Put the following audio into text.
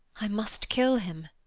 i must kill him,